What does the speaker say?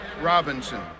Robinson